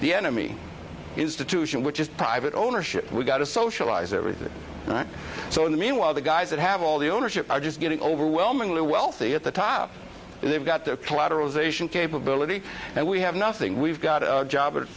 the enemy institution which is private ownership we've got to socialize everything right so in the meanwhile the guys that have all the ownership are just getting overwhelmingly wealthy at the top and they've got their collateral zation capability and we have nothing we've got a job at